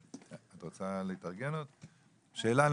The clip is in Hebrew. שאלה,